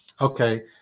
Okay